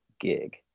gig